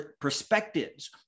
perspectives